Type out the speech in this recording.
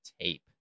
tape